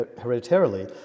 hereditarily